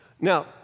Now